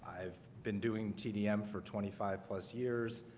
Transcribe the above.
i've been doing tdm for twenty five plus years